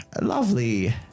lovely